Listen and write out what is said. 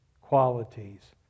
qualities